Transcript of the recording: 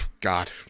God